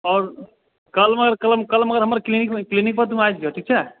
और कल हमर क्लिनिक पर तू आबि जौ ठीक छै